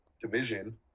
division